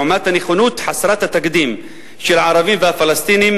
לעומת הנכונות חסרת התקדים של הערבים והפלסטינים,